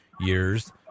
years